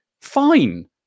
fine